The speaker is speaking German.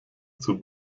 zur